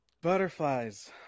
Butterflies